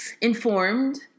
informed